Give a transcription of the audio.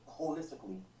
holistically